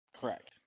Correct